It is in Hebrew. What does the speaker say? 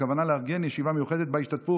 הכוונה היא לארגן ישיבה מיוחדת שבה ישתתפו